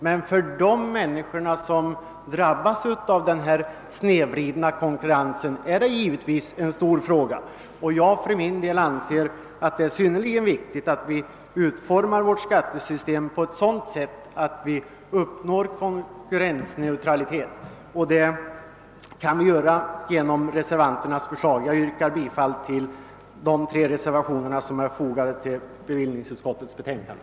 Men för de människor som drabbas av den snedvridna konkurrensen är det en stor fråga. Jag för min del anser att det är synnerligen viktigt att vi utformar vårt skattesystem på ett sådant sätt att konkurrensneutralitet uppnås, och det kan vi göra genom bifall till de av oss reservanter framförda förslagen. Herr talman! Jag yrkar bifall till reservationerna 1, 2 och 3.